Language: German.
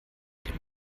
dem